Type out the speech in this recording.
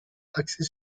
axée